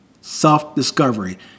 Self-discovery